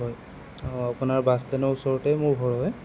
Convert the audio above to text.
হয় আপোনাৰ বাছ ষ্টেণ্ডৰ ওচৰতে মোৰ ঘৰ হয়